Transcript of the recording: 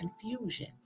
confusion